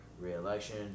reelection